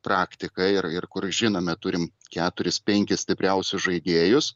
praktika ir ir kur žinome turim keturis penkis stipriausius žaidėjus